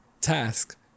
task